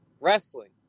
Wrestling